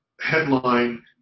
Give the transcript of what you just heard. headline